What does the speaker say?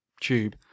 tube